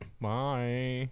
bye